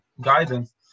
guidance